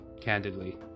candidly